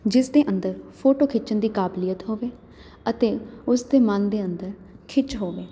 ਜਿਸ ਦੇ ਅੰਦਰ ਫੋਟੋ ਖਿੱਚਣ ਦੀ ਕਾਬਲੀਅਤ ਹੋਵੇ ਅਤੇ ਉਸ ਦੇ ਮਨ ਦੇ ਅੰਦਰ ਖਿੱਚ ਹੋਵੇ